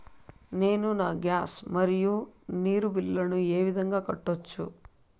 నేను నా గ్యాస్, మరియు నీరు బిల్లులను ఏ విధంగా కట్టొచ్చు?